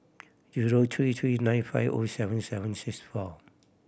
zero three three nine five O seven seven six four